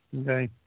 okay